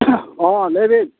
ᱦᱚᱸ ᱞᱟᱹᱭᱵᱮᱱ